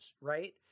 Right